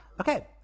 Okay